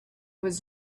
was